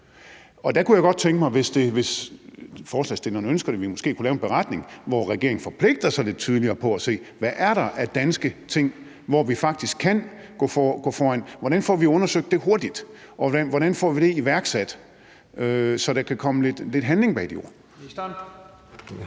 Og der kunne jeg godt tænke mig, hvis forslagsstillerne ønsker det, at vi måske kunne lave en beretning, hvor regeringen forpligter sig lidt tydeligere på at se, hvad der er af danske ting, som vi faktisk kan gå foran med. Hvordan får vi undersøgt det hurtigt, og hvordan får vi det iværksat, så der kan komme lidt handling bag de ord? Kl.